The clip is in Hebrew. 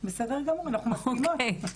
כן, כן,